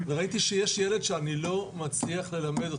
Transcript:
וראיתי שיש ילד שאני לא מצליח ללמד אותו,